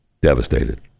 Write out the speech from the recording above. Devastated